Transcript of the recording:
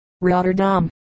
Rotterdam